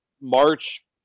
March